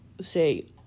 say